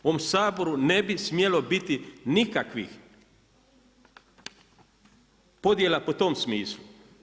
U ovom Saboru ne bi smjelo biti nikakvih podjela po tom smislu.